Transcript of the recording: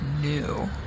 new